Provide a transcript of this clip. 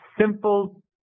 simple